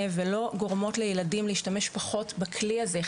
ולא גורמות לילדים להשתמש פחות בכלי הזה.